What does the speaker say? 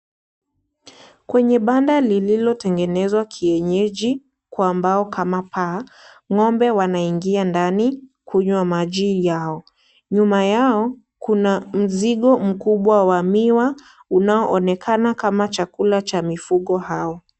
Kwenye banda lilotengenezwa kienyenji kwa mbao kama paa, ng'ombe wanaingia ndani kunywa maji yao. Nyuma yao, kuna mzigo mkubwa wa miwa, unaonekanana kama chakula cha mifugo hao.